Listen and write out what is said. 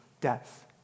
death